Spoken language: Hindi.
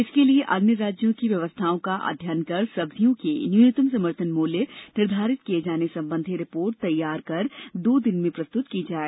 इसके लिए अन्य राज्यों की व्यवस्थाओं का अध्ययन कर सब्जियों के न्यूनतम समर्थन मूल्य निर्धारित किए जाने संबंधी रिपोर्ट तैयार कर दो दिन में प्रस्तुत की जाए